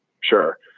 sure